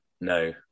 no